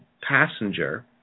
passenger